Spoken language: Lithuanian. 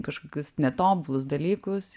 kažkokius netobulus dalykus